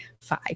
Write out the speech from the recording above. five